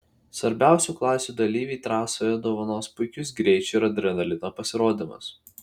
svarbiausių klasių dalyviai trasoje dovanos puikius greičio ir adrenalino pasirodymus